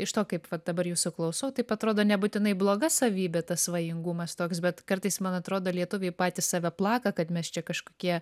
iš to kaip va dabar jūsų klausau taip atrodo nebūtinai bloga savybė tas svajingumas toks bet kartais man atrodo lietuviai patys save plaka kad mes čia kažkokie